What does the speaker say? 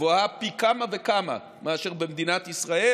גבוהה פי כמה וכמה מאשר במדינת ישראל.